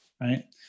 right